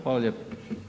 Hvala lijepo.